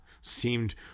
seemed